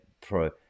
pro